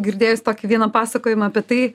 girdėjus tokį vieną pasakojimą apie tai